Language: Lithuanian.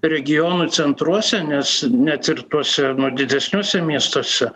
regionų centruose nes net ir tuose nu didesniuose miestuose